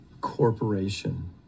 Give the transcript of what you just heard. corporation